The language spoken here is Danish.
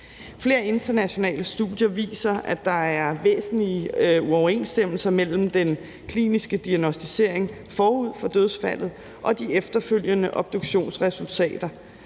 Flere internationale studier viser, at der er væsentlige uoverensstemmelser mellem den kliniske diagnosticering forud for dødsfaldet og de efterfølgende obduktionsresultater,